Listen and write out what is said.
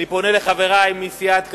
אני פונה לחברי מסיעת קדימה,